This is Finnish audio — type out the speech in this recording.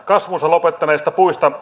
kasvunsa lopettaneet puut